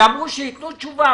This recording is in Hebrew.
אמרו שיתנו תשובה.